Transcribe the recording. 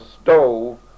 stove